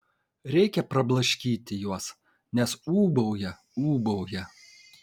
reikia prablaškyti juos nes ūbauja ūbauja